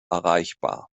erreichbar